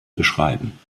beschreiben